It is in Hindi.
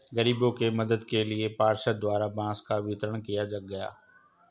गरीबों के मदद के लिए पार्षद द्वारा बांस का वितरण किया गया